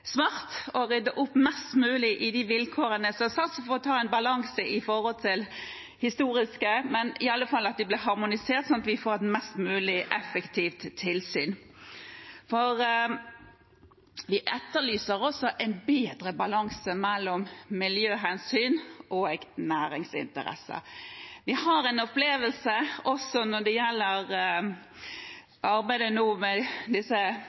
smart å rydde opp mest mulig i de vilkårene som er satt. Så får man balansere det med hensyn til det historiske, men iallfall sørge for at de blir harmonisert, slik at vi får et mest mulig effektivt tilsyn. Vi etterlyser også en bedre balanse mellom miljøhensyn og næringsinteresser. Vi har en opplevelse av, også når det gjelder arbeidet med disse